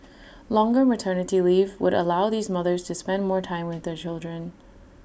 longer maternity leave would allow these mothers to spend more time with their children